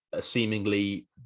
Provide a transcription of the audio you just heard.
seemingly